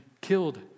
killed